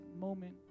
moment